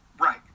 Right